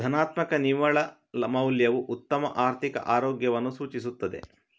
ಧನಾತ್ಮಕ ನಿವ್ವಳ ಮೌಲ್ಯವು ಉತ್ತಮ ಆರ್ಥಿಕ ಆರೋಗ್ಯವನ್ನು ಸೂಚಿಸುತ್ತದೆ